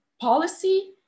policy